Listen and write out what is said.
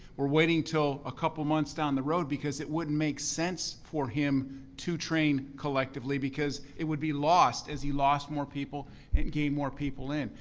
we're waiting until a couple months down the road because it wouldn't make sense for him to train collectively because it would be lost as he lost more people and gained more people in.